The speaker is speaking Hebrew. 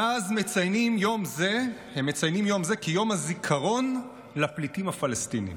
מאז הם מציינים את היום הזה כיום הזיכרון לפליטים הפלסטינים.